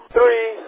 Three